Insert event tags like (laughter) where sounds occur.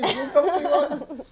(laughs)